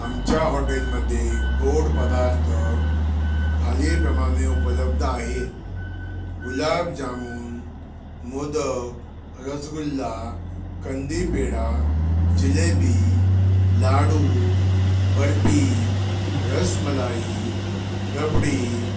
आमच्या हॉटेलमध्ये गोड पदार्थ खालील प्रमाणे उपलब्ध आहेत गुलाबजामून मोदक रसगुल्ला कंदीपेढा जिलेबी लाडू बर्फी रसमलाई रबडी